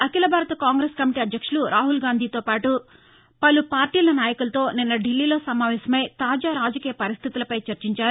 అఖిల భారత కాంగ్రెస్ కమిటీ అధ్యక్షుడు రాహుల్ గాంధీతో పాటు పలు పార్టీల నాయకులతో నిన్న ఢిల్లీలో సమావేశమై తాజా రాజకీయ పరిస్థితులపై చర్చించారు